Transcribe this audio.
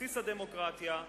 בסיס הדמוקרטיה,